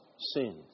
sins